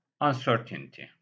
uncertainty